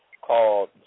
called